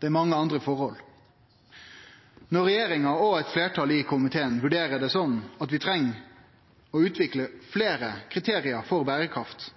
Det er mange andre forhold. Når regjeringa og eit fleirtal i komiteen vurderer det sånn at vi treng å utvikle fleire kriterium for berekraft,